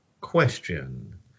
question